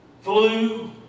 flu